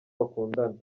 bakundana